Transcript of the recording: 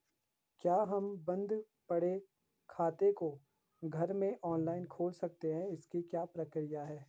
क्या हम बन्द पड़े खाते को घर में ऑनलाइन खोल सकते हैं इसकी क्या प्रक्रिया है?